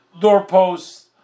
doorpost